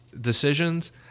decisions